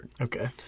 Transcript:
Okay